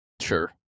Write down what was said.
Sure